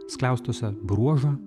skliaustuose bruožą